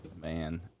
Man